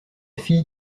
fille